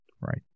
Right